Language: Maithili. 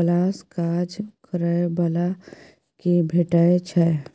बलासँ काज करय बला केँ भेटै छै